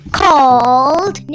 called